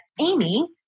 Amy